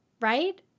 Right